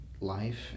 life